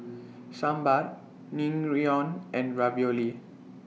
Sambar Naengmyeon and Ravioli